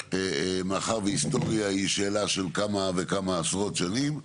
מאחר שהיסטוריה היא שאלה של כמה וכמה עשרות שנים,